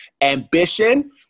ambition